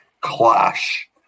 clash